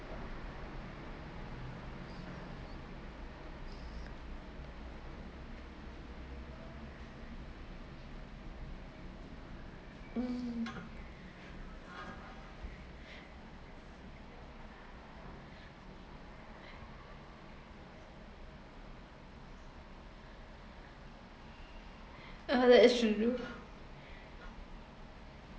uh that's true